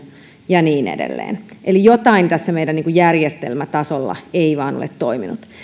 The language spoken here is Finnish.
ja niin edelleen eli jokin tässä meidän järjestelmätasolla ei vain ole toiminut